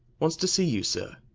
wants to see you, sir,